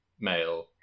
Male